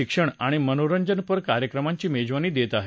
शिक्षण आणि मनोरंजनपर कार्यक्रमांची मेजवानी देत आहे